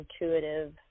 intuitive